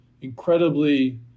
incredibly